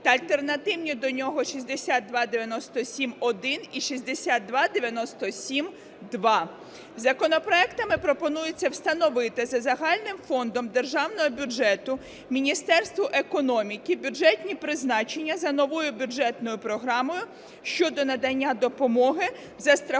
та альтернативні до нього 6297-1 і 6297-2. Законопроектами пропонується встановити за загальним фондом державного бюджету Міністерству економіки бюджетні призначення за новою бюджетною програмою щодо надання допомоги застрахованим